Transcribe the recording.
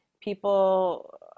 people